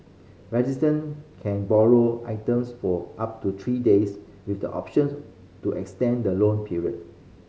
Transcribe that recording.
resident can borrow items for up to three days with the option to extend the loan period